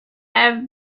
have